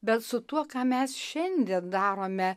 bet su tuo ką mes šiandien darome